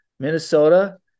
Minnesota